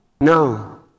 No